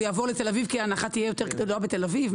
הוא יעבור לגור בתל אביב כי ההנחה תהיה יותר גדולה בתל אביב?